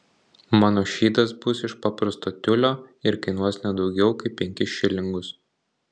mano šydas bus iš paprasto tiulio ir kainuos ne daugiau kaip penkis šilingus